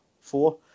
four